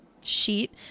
sheet